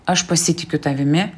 aš pasitikiu tavimi